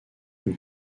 une